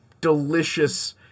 delicious